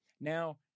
Now